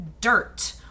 dirt